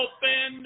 Open